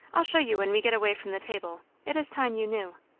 i'll show you when we get away from the table. it is time you knew.